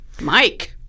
Mike